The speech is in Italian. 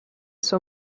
sua